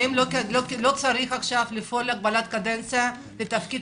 האם לא צריך עכשיו לפעול להגבלת קדנציה לתפקיד